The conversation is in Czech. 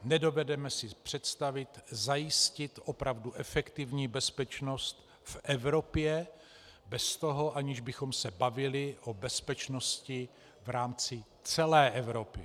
Nedovedeme si představit zajistit opravdu efektivní bezpečnost v Evropě bez toho, aniž bychom se bavili o bezpečnosti v rámci celé Evropy.